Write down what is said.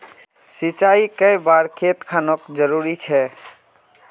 सिंचाई कै बार खेत खानोक जरुरी छै?